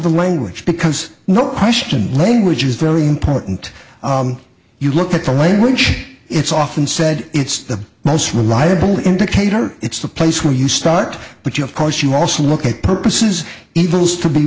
the language because no question language is very important you look at the language it's often said it's the most reliable indicator it's the place where you start but you of course you also look at purposes intervals to be